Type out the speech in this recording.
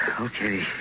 okay